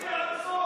לכי עד הסוף.